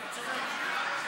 צודק.